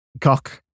Cock